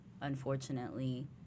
unfortunately